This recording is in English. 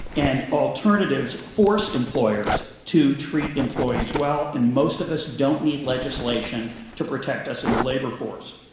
and alternatives force employers to treat employees well and most of us don't need legislation to protect us in the labor force.